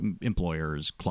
employers